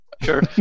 Sure